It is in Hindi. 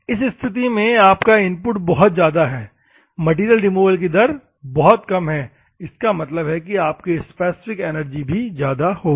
इस स्थिति में आपका इनपुट बहुत ज्यादा है मैटेरियल रिमूवल की दर बहुत कम है इसका मतलब यह कि आवश्यक स्पेसिफिक एनर्जी भी ज्यादा होगी